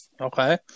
Okay